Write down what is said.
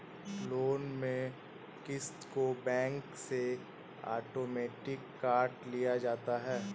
loan में क़िस्त को बैंक से आटोमेटिक काट लिया जाता है